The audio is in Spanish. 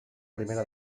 primera